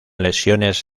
lesiones